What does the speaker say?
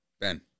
Ben